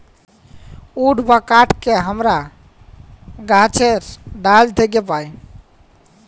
would বা কাহাঠকে আমরা গাহাছের ডাহাল থ্যাকে পাই